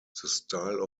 style